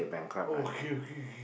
okay okay